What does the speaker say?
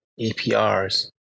APRs